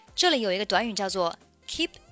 这里有一个短语叫做Keep